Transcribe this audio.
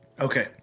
Okay